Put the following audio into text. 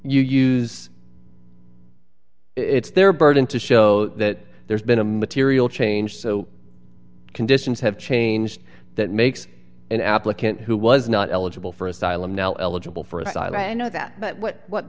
you use it's their burden to show that there's been a material change so conditions have changed that makes an applicant who was not eligible for asylum now eligible for a while i know that what